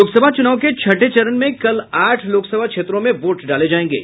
लोकसभा चुनाव के छठे चरण में कल आठ लोकसभा क्षेत्रों में वोट डाले जायेंगे